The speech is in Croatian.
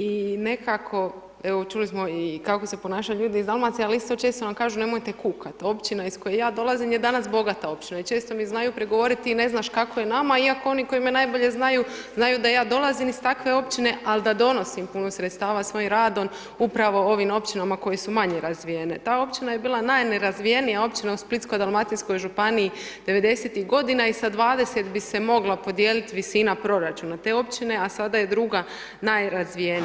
I nekako, evo čuli smo i kako se ponašaju ljudi iz Dalmacije, ali isto nam često kažu nemojte kukati, općina iz koje ja dolazim je danas bogata općina i često mi znaju prigovoriti ti ne znaš kako je nama, iako oni koji me najbolje znaju, znaju da ja dolazim iz takve općine, ali da donosim puno sredstava svojim radom, upravo ovim općinama koje su manje razvijene, ta općina je bila najnerazvijenija općina u Splitsko-dalmatinskoj županiji '90. godina i sa 20 bi se mogla podijeliti visina proračuna te općine, a sada je druga najrazvijenija